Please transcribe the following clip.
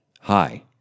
Hi